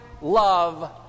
love